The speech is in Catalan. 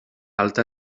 alta